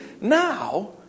now